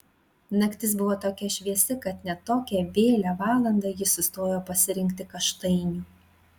naktis buvo tokia šviesi kad net tokią vėlią valandą ji sustojo pasirinkti kaštainių